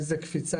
איזה קפיצה,